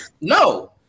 no